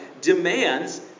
demands